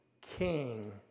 King